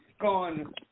gone